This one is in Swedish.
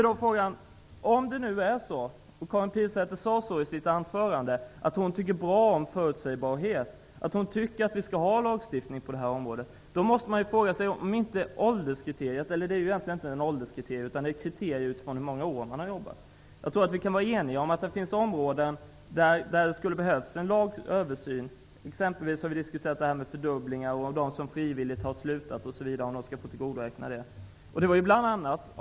Karin Pilsäter sade i sitt anförande att hon tycker bra om förutsägbarhet. Hon anser att vi skall ha lagstiftning på detta område. Då måste man fråga sig om man skall gå efter ålderskriteriet, eller rättare sagt utifrån hur många år man har jobbat. Jag tror att vi kan vara eniga om att det finns områden där det skulle behövas en översyn. Vi har diskuterat t.ex. fördubblingar och om de som frivilligt har slutat skall få tillgodoräkna sig detta.